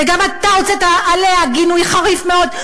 וגם אתה הוצאת עליה גינוי חריף מאוד,